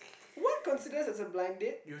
what considers as a blind date